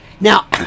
Now